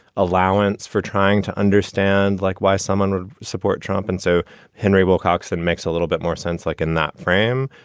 allowance for trying to understand, like, why someone would support trump? and so henry wilcox then makes a little bit more sense like in that frame.